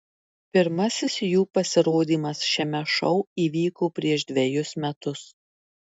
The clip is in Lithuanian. pirmasis jų pasirodymas šiame šou įvyko prieš dvejus metus